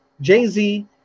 Jay-Z